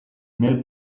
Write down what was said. nel